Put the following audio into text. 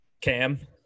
Cam